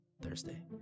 Thursday